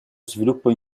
sviluppo